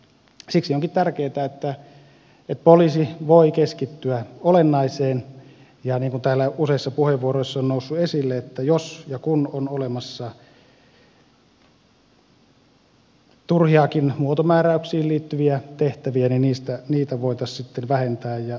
siksi onkin tärkeätä että poliisi voi keskittyä olennaiseen ja niin kuin täällä useissa puheenvuoroissa on noussut esille jos ja kun on olemassa turhiakin muotomääräyksiin liittyviä tehtäviä niin niitä voitaisiin sitten vähentää ja purkaa